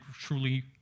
truly